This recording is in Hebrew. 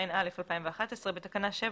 התשע"א-2011 בתקנה 7,